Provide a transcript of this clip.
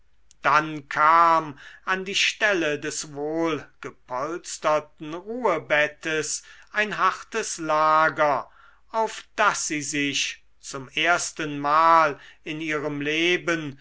dann kam an die stelle des wohlgepolsterten ruhebettes ein hartes lager auf das sie sich zum erstenmal in ihrem leben